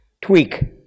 tweak